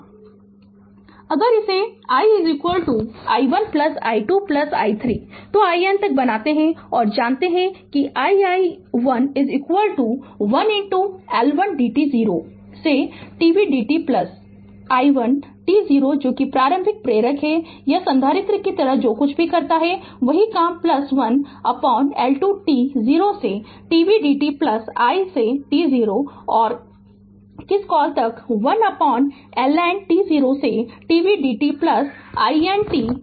Refer Slide Time 2020 अगर इसे i i1प्लस i2 plus i3 to i N बनाते हैं और जानते हैं कि i i1 1L1 t 0 से tv dt plus i1 t 0 जो कि प्रारंभिक प्रेरक है या संधारित्र की तरह जो कुछ भी करता है वही काम प्लस 1L 2 टी 0 से t v dt plus i से t 0 और किस कॉल तक 1L N t 0 से t v dt plus i N t 0